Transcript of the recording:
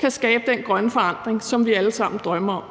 kan skabe den grønne forandring, som vi alle sammen drømmer om,